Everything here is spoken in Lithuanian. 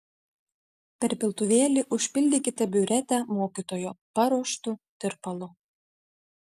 per piltuvėlį užpildykite biuretę mokytojo paruoštu tirpalu